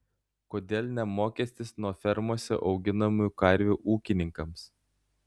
kodėl ne mokestis nuo fermose auginamų karvių ūkininkams